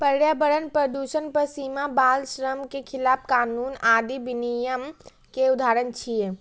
पर्यावरण प्रदूषण पर सीमा, बाल श्रम के खिलाफ कानून आदि विनियम के उदाहरण छियै